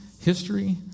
history